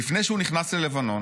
"לפני שהוא נכנס ללבנון,